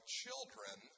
children